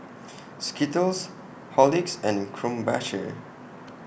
Skittles Horlicks and Krombacher